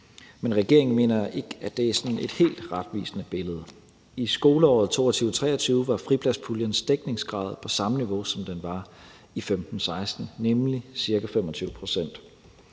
Men regeringen mener ikke, at det er sådan et helt retvisende billede. I skoleåret 2022/23 var fripladspuljens dækningsgrad på samme niveau, som den var i 2015/16, nemlig ca. 25 pct.